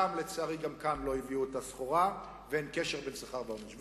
ולצערי גם כאן לא הביאו את הסחורה ואין קשר בין שכר לעונש.